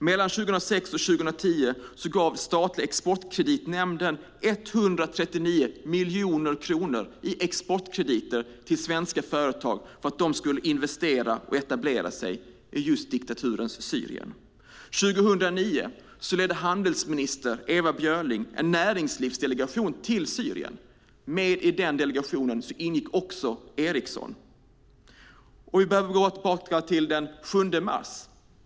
Mellan 2006 och 2010 gav statliga Exportkreditnämnden 139 miljoner kronor i exportkrediter till svenska företag för att de skulle investera och etablera sig i just diktaturens Syrien. 2009 ledde handelsminister Ewa Björling en näringslivsdelegation till Syrien. I denna delegation ingick också Ericsson. Vi behöver bara gå tillbaka till den 7 mars.